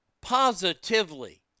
positively